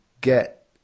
get